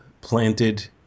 planted